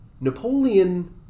Napoleon